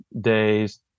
days